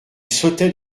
sautait